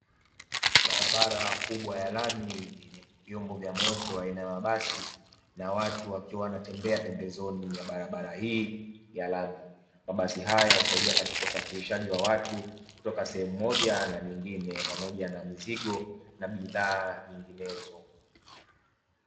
Barabara kubwa ya lami, yenye vyombo vya moto aina ya mabasi na watu wakiwa wanatembea pembezoni ya barabara hii ya lami. Mabasi haya husaidia katika usafirishaji wa watu kutoka sehemu moja na nyingine pamoja na mizigo na bidhaa nyinginezo.